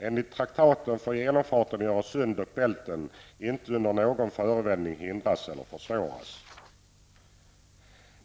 Enligt traktaten får genomfarten i Öresund och Bälten inte under någon förevändning hindras eller försvåras.